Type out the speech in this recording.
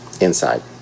Inside